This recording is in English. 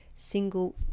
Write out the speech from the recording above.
Single